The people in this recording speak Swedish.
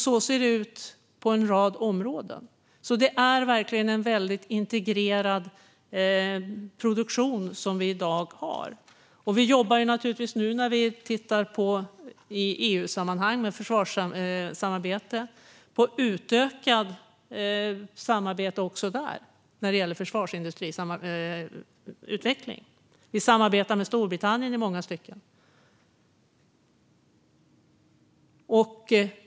Så ser det ut på en rad områden. I dag har vi verkligen en väldigt integrerad produktion. När vi i EU-sammanhang tittar på försvarssamarbete tittar vi naturligtvis på utökat samarbete också när det gäller försvarsindustriutveckling. Vi samarbetar med Storbritannien i många stycken.